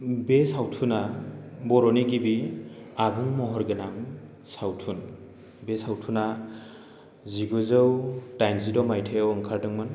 बे सावथुना बर'नि गिबि आबुं महर गोनां सावथुन बे सावथुना जिगुजौ दाइनजिद' माइथायाव ओंखारदोंमोन